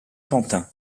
quentin